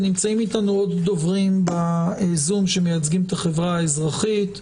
נמצאים אתנו דוברים נוספים בזום שמייצגים את החברה האזרחית: